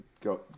go